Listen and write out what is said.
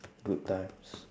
good times